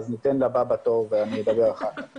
אז ניתן לבא בתור ואני אדבר אחר כך.